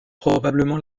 probablement